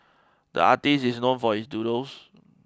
the artist is known for his doodles